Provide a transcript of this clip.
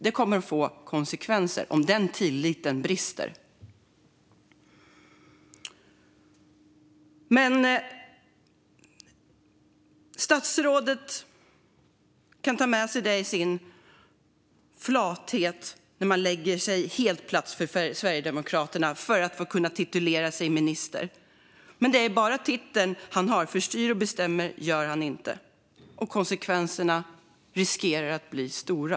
Det kommer att få konsekvenser om den tilliten brister. Statsrådet kan ta med sig detta i sin flathet. Han lägger sig helt platt för Sverigedemokraterna för att få titulera sig minister. Men det är bara titeln han har, för styr och bestämmer gör han inte. Konsekvenserna riskerar att bli stora.